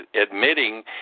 admitting